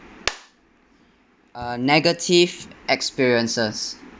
uh negative experiences